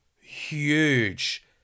huge